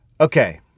Okay